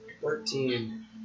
Thirteen